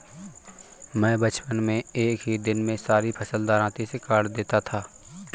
मैं बचपन में एक ही दिन में सारी फसल दरांती से काट देता था